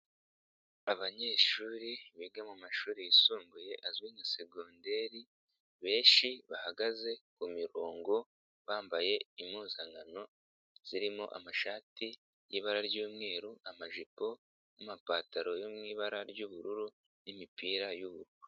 Abanyeshuri biga mumashuri yisumbuye azwi nka segonderi benshi bahagaze kumirongo bambaye impuzankano zirimo amashati y'ibara ry'umweru, amajipo, n'amapantaro yo mu ibara ry'ubururu n'imipira y'ububuru.